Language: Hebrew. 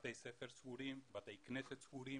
בתי ספר סגורים, בתי כנסת סגורים,